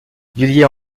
villiers